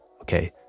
Okay